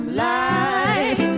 lies